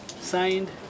Signed